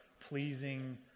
pleasing